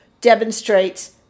demonstrates